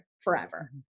Forever